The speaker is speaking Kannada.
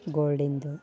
ಗೋಲ್ಡಿಂದು